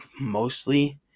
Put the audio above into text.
mostly